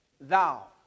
thou